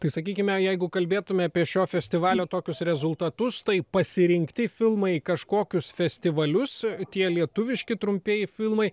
tai sakykime jeigu kalbėtume apie šio festivalio tokius rezultatus tai pasirinkti filmai kažkokius festivalius tie lietuviški trumpieji filmai